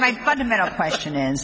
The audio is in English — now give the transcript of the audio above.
my fundamental question